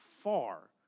far